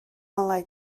ngolau